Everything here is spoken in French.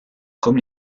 comme